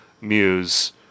muse